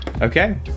Okay